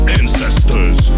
ancestors